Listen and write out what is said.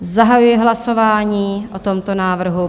Zahajuji hlasování o tomto návrhu.